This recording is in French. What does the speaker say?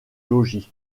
logis